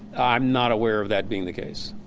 i'm not aware of that being the case.